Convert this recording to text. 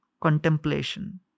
contemplation